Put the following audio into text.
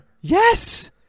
Yes